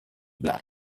black